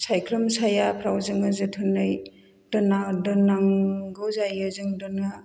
सायख्लुम सायाफोराव जोङो जोथोनै दोननांगौ जायो जों दोननो